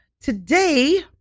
today